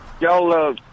Y'all